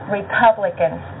Republicans